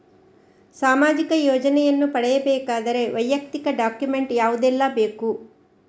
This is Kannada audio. ಸಾಮಾಜಿಕ ಯೋಜನೆಯನ್ನು ಪಡೆಯಬೇಕಾದರೆ ವೈಯಕ್ತಿಕ ಡಾಕ್ಯುಮೆಂಟ್ ಯಾವುದೆಲ್ಲ ಬೇಕು?